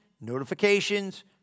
notifications